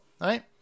right